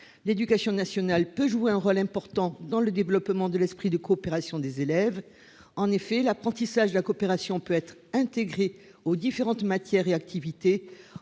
L'éducation nationale peut jouer un rôle important dans le développement de l'esprit de coopération des élèves. En effet, l'apprentissage de la coopération peut être intégré aux différentes matières et activités,